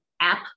app